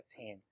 15